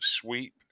sweep